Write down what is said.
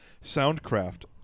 Soundcraft